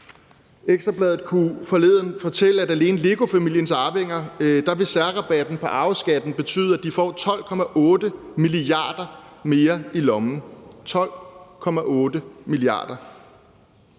Ekstra Bladet kunne forleden fortælle, at alene for LEGO-familiens arvinger vil særrabatten på arveskatten betyde, at de får 12,8 mia. kr. mere i lommen – 12,8 mia.